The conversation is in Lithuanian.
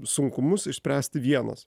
sunkumus išspręsti vienas